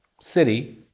city